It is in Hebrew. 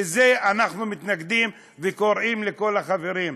לזה אנחנו מתנגדים, וקוראים לכל החברים: